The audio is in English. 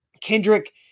Kendrick